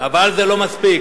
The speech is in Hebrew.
אבל זה לא מספיק.